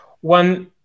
one